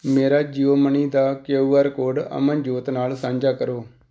ਮੇਰਾ ਜੀਓ ਮਨੀ ਦਾ Q R code Amanjot ਨਾਲ ਸਾਂਝਾ ਕਰੋ